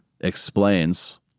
explains